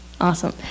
awesome